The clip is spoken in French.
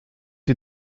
les